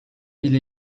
ile